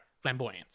flamboyant